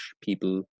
people